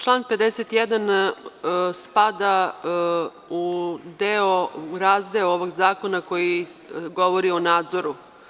Član 51. spada u razdeo ovog zakona koji govori o nadzoru.